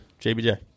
JBJ